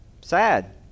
Sad